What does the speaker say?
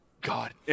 God